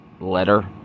letter